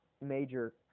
major